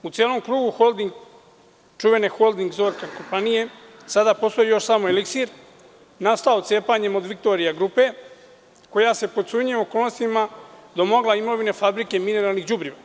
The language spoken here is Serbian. U celom krugu čuvene holding „Zorka“ kompanije postoji još samo „Eliksir“, koji je nastao cepanjem „Viktorija grupe“, koja se pod sumnjivim okolnostima domogla imovine Fabrike mineralnih đubriva.